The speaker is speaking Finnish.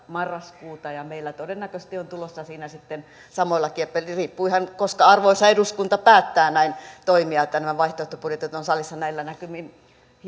marraskuuta ja meillä todennäköisesti on tulossa siinä sitten samoilla kieppeillä riippuu ihan siitä koska arvoisa eduskunta päättää toimia nämä vaihtoehtobudjetit ovat salissa näillä näkymin